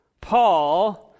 Paul